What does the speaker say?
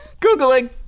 Googling